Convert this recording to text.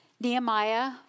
Nehemiah